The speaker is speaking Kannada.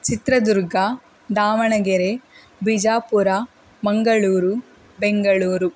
ಚಿತ್ರದುರ್ಗ ದಾವಣಗೆರೆ ಬಿಜಾಪುರ ಮಂಗಳೂರು ಬೆಂಗಳೂರು